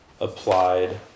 applied